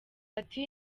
ati